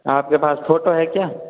आपके पास फोटो है क्या